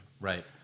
Right